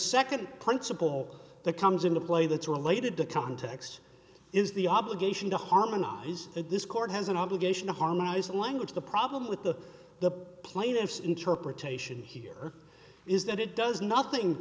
second principle that comes into play that's related to context is the obligation to harmonize that this court has an obligation to harmonize the language the problem with the the plaintiff's interpretation here is that it does nothing